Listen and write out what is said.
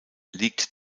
liegt